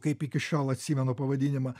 kaip iki šiol atsimenu pavadinimą